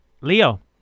Leo